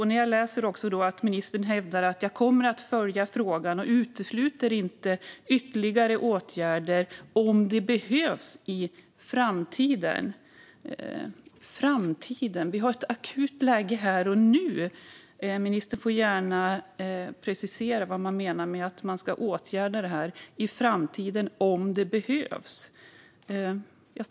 Men ministern säger i sitt svar: "Jag kommer att följa frågan och utesluter inte att ytterligare åtgärder behövs i framtiden." Framtiden? Vi har ett akut läge här och nu. Ministern får gärna precisera vad man menar med att man ska åtgärda det här i framtiden om det behövs.